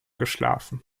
geschlafen